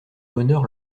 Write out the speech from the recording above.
bonheur